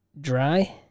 dry